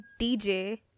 DJ